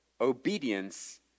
obedience